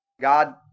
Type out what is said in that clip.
God